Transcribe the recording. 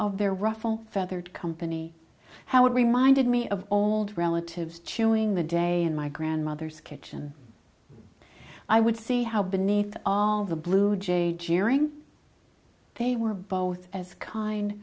of their ruffle feathered company how it reminded me of old relatives chewing the day in my grandmother's kitchen i would see how beneath all the bluejay jeering they were both as kind